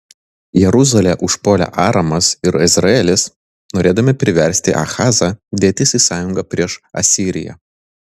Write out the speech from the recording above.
jeruzalę užpuolė aramas ir izraelis norėdami priversti ahazą dėtis į sąjungą prieš asiriją